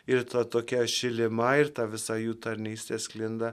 ir ta tokia šilima ir tą visą jų tarnystę sklinda